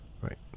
Right